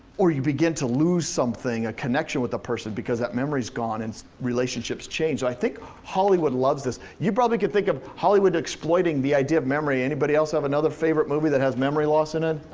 or you begin to lose something, a connection with a person because that memory's gone and relationships change. i think hollywood loves this. you probably can think of hollywood exploiting the idea of memory. anybody else have another favorite movie that has memory loss in it?